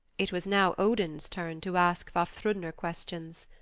it was now odin's turn to ask vafthrudner questions.